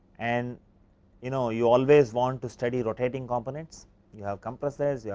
and you know you always want to study rotating components you have compresses, yeah